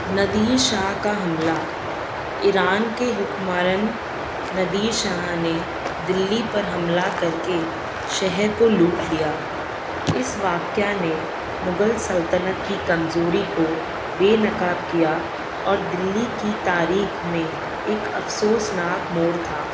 ندیر شاہ کا حملہ ایران کے حکمران نادر شاہ نے دلی پر حملہ کر کے شہر کو لوٹ لیا اس واقعہ نے مغل سلطنت کی کمزوری کو بے نقاب کیا اور دلی کی تاریخ میں ایک افسوس ناک موڑ تھا